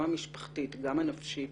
גם המשפחתית וגם הנפשית.